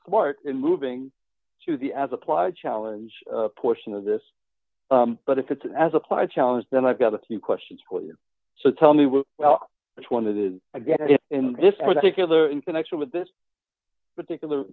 smart in moving to the as applied challenge portion of this but if it's as applied challenge then i've got a few questions for you so tell me we're well one of the again in this particular in connection with this particular